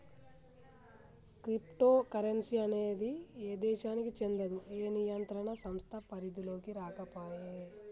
crypto currency అనేది ఏ దేశానికీ చెందదు, ఏ నియంత్రణ సంస్థ పరిధిలోకీ రాకపాయే